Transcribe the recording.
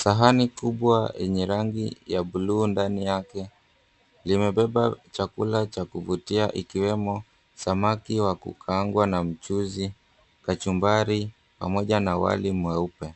Sahani kubwa yenye rangi ya buluu ndani yake, limebeba chakula cha kuvutia ikiwemo samaki wa kukaangwa na mchuzi, kachumbari pamoja na wali mweupe.